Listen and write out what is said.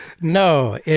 No